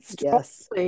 yes